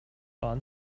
bon